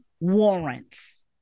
warrants